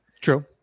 True